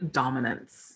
dominance